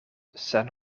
sen